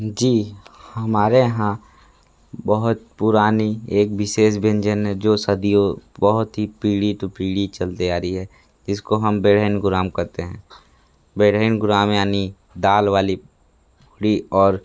जी हमारे यहाँ बहुत पुरानी एक विशेष व्यंजन है जो सदियों बहुत ही पीढ़ी तो पीढ़ी चलते आ रही है जिसको हम बेरंगुराम कहते हैं बेरंगुराम यानि डाल वाली पूड़ी और